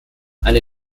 eine